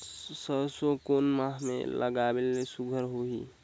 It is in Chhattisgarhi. सरसो कोन माह मे लगाय ले सुघ्घर होही?